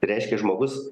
tai reiškia žmogus